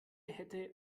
hätte